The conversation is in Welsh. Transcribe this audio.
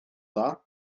dda